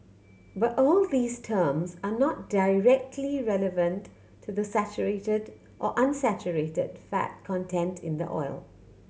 but all these terms are not directly relevant to the saturated or unsaturated fat content in the oil